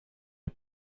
les